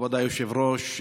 כבוד היושב-ראש,